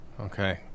Okay